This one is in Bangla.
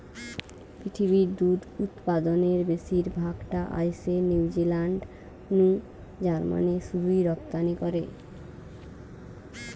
পৃথিবীর দুধ উতপাদনের বেশির ভাগ টা আইসে নিউজিলান্ড নু জার্মানে শুধুই রপ্তানি করে